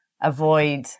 avoid